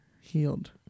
Healed